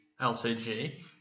LCG